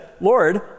Lord